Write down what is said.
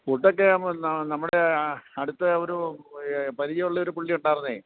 ഫുഡൊക്കെ നമ്മുടെ അടുത്ത് ഒരു പരിചയം ഉള്ള ഒരു പുള്ളി ഉണ്ടായിരുന്നെ